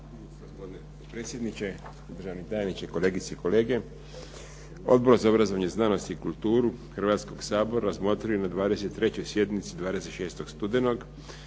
Hrvatskoga sabora razmotrio je na 23. sjednici 26. studenog